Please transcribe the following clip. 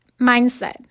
mindset